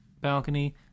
balcony